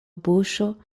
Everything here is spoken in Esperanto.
buŝo